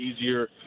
easier